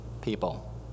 people